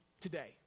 today